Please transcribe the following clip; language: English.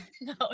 no